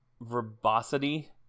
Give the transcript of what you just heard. verbosity